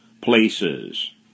places